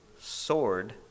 sword